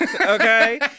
okay